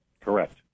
Correct